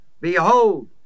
Behold